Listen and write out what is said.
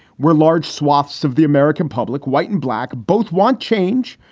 where large swaths of the american public, white and black, both want change.